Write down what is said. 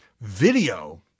video